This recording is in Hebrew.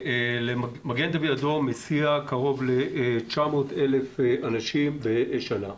מגן דוד אדום מסיע קרוב ל-900,000 אנשים בשנה.